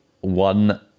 one